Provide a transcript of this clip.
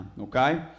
okay